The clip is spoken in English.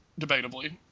debatably